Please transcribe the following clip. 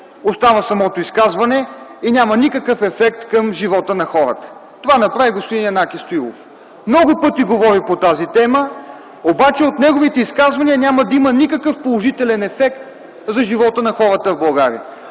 остава самото изказване и няма никакъв ефект за живота на хората. Това направи господин Янаки Стоилов – много пъти говори по тази тема, но от неговите изказвания няма да има никакъв положителен ефект за живота на хората в България.